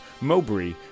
Mowbray